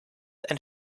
and